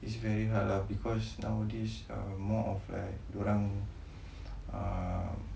it's very hard lah because nowadays more of like dia orang um